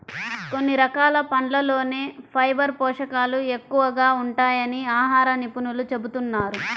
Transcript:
కొన్ని రకాల పండ్లల్లోనే ఫైబర్ పోషకాలు ఎక్కువగా ఉంటాయని ఆహార నిపుణులు చెబుతున్నారు